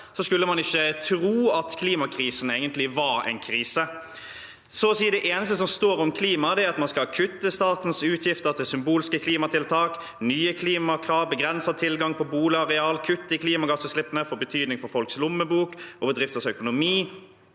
skulle man ikke tro at klimakrisen egentlig var en krise. Så å si det eneste som står om klima, er at man skal kutte statens utgifter til symbolske klimatiltak, at nye klimakrav begrenser tilgang på boligareal, og at kutt i klimagassutslippene får betydning for folks lommebok og bedrifters økonomi.